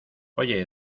oye